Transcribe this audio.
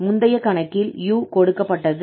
முந்தைய கணக்கில் u கொடுக்கப்பட்டது